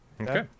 Okay